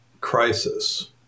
crisis